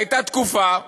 הייתה תקופה